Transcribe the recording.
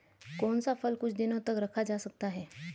कौन सा फल कुछ दिनों तक रखा जा सकता है?